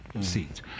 seats